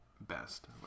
best